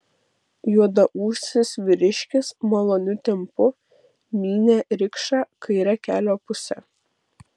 juodaūsis vyriškis maloniu tempu mynė rikšą kaire kelio puse